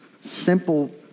simple